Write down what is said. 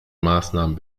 maßnahmen